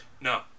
No